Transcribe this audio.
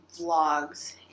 vlogs